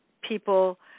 people